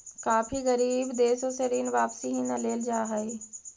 काफी गरीब देशों से ऋण वापिस ही न लेल जा हई